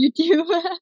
YouTube